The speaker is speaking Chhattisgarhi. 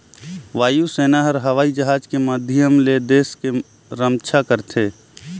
वायु सेना हर हवई जहाज के माधियम ले देस के रम्छा करथे